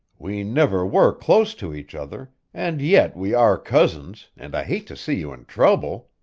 we never were close to each other, and yet we are cousins, and i hate to see you in trouble.